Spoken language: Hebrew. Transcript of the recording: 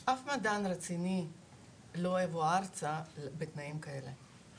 אף מדען רציני לא יבוא ארצה בתנאים כאלה.